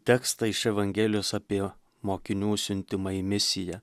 tekstą iš evangelijos apie mokinių siuntimą į misiją